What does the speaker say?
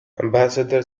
ambassador